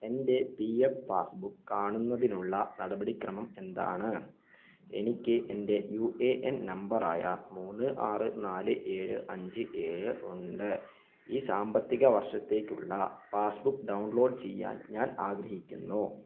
എൻ്റെ P F passbook കാണുന്നതിനുള്ള നടപടിക്രമം എന്താണ് എനിക്ക് എൻ്റെ യു എ എൻ നമ്പറായ മൂന്ന് ആറ് നാല് ഏഴ് അഞ്ച് ഏഴ് ഉണ്ട് ഈ സാമ്പത്തിക വർഷത്തേക്കുള്ള പാസ്ബുക്ക് ഡൗൺലോഡ് ചെയ്യാൻ ഞാൻ ആഗ്രഹിക്കുന്നു